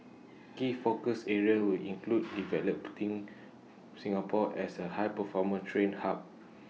key focus areas will include developing Singapore as A high performance training hub